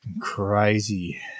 Crazy